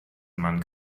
man